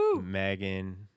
megan